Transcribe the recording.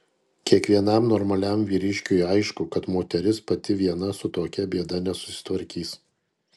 kiekvienam normaliam vyriškiui aišku kad moteris pati viena su tokia bėda nesusitvarkys